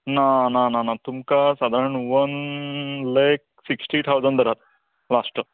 ना ना ना ना तुमका सादारण वन लेख सिक्टी थावजंड धरात लास्ट